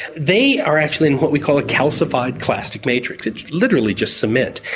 they are actually in what we call a calcified clastic matrix, it's literally just cement.